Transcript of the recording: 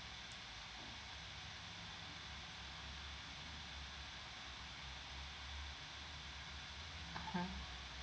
(uh huh)